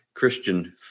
Christian